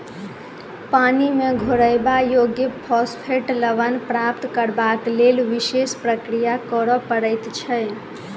पानि मे घोरयबा योग्य फास्फेट लवण प्राप्त करबाक लेल विशेष प्रक्रिया करय पड़ैत छै